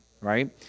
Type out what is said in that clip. right